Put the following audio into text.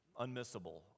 unmissable